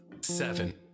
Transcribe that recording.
seven